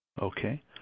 Okay